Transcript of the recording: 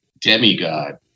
demigod